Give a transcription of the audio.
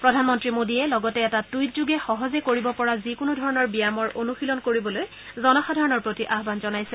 প্ৰধানমন্ত্ৰী মোদীয়ে লগতে এটা টুইটযোগে সহজে কৰিব পৰা যিকোনো ধৰণৰ ব্যায়ামৰ অনুশীলন কৰিবলৈ জনসাধাৰণৰ প্ৰতি আহান জনাইছে